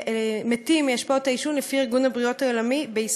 לפי ארגון הבריאות העולמי.